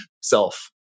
self